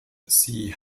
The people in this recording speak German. sie